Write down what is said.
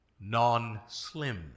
non-slim